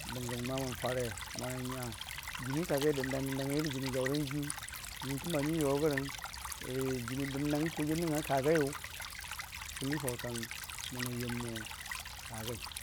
bəngə məma mən fare monan nya jənii ka, gai dəndang dən dangngirə jənii jaʊran jiiyu nyənkən bahan jiim yogərəng rə jənii dəndang n'kojiiyu a nəngnga ka gaiyʊ kən lii faʊtang monan yəm mo mən ka gai.